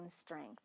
strength